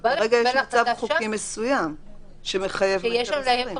כרגע יש מצב חוקי מסוים שמחייב 1.20 מטר.